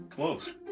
Close